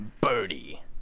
Birdie